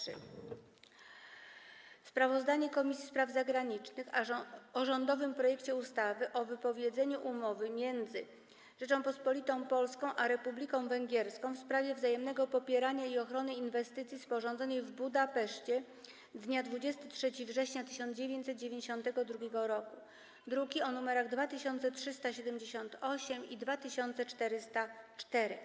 36. Sprawozdanie Komisji Spraw Zagranicznych o rządowym projekcie ustawy o wypowiedzeniu Umowy między Rzecząpospolitą Polską a Republiką Węgierską w sprawie wzajemnego popierania i ochrony inwestycji, sporządzonej w Budapeszcie dnia 23 września 1992 r. (druki nr 2378 i 2404)